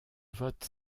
vote